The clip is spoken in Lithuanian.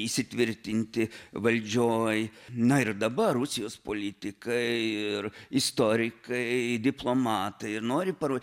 įsitvirtinti valdžioj na ir dabar rusijos politikai ir istorikai diplomatai ir nori parodyt